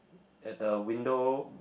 at the window